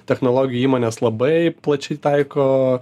technologijų įmonės labai plačiai taiko